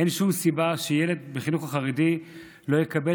אין שום סיבה שילד בחינוך החרדי לא יקבל